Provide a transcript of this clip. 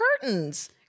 curtains